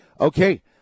okay